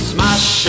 Smash